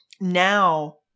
now